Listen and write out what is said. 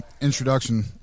introduction